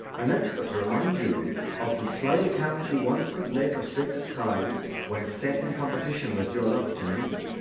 i meant but to remind you of the slight account you once could make of strictest ties when set in competition with your love to me.